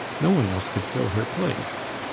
no one else could fill her place.